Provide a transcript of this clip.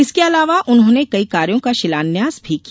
इसके अलावा उन्होंने कई कार्यो का शिलान्यास भी किया